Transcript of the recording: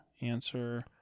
Answer